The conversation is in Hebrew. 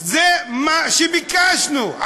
זה מה שביקשנו.